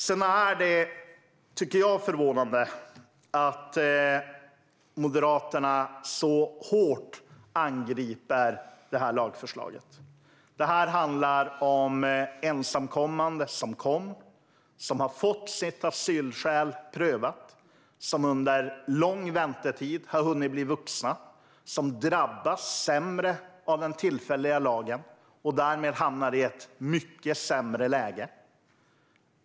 Sedan tycker jag att det är förvånande att Moderaterna så hårt angriper det här lagförslaget. Det handlar om ensamkommande som har fått sina asylskäl prövade. De har under lång väntetid hunnit bli vuxna och drabbas värre av den tillfälliga lagen och hamnar därmed i ett mycket sämre läge.